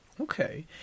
Okay